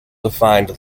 defined